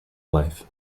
life